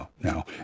now